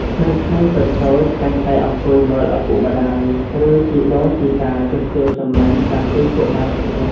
ក្មេងៗតូចៗតែងតែអង្គុយមើលឪពុកម្តាយ ឬជីដូនជីតាជួសជុលសំណាញ់តាំងពីកុមារភាព។